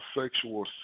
sexual